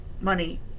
money